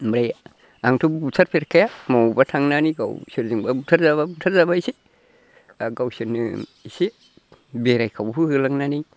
बै आंथ' बुथार फेरखाया मबावबा थांनानै गाव सोरजोंबा बुथारजाब्ला बुथारजाबायसै दा गावसोरनो एसे बेरायखावहो होलांनानै